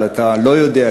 אבל אתה לא יודע,